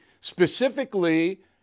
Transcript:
specifically